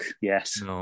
Yes